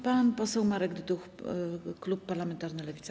Pan poseł Marek Dyduch, klub parlamentarny Lewica.